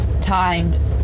time